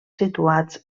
situats